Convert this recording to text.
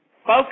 Focus